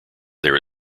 there